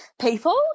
people